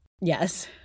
Yes